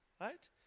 Right